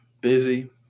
Busy